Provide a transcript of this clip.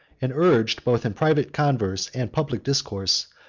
and urged, both in private converse and public discourse,